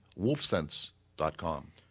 wolfsense.com